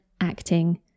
acting